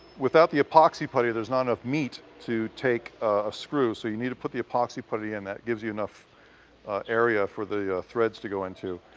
without the epoxy putty, there's not enough meat to take a screw, so you need to put the epoxy putty in. that gives you enough area for the threads to go into.